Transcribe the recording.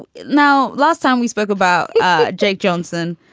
now, last time we spoke about jake johnson,